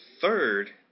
third